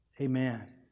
amen